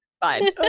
Fine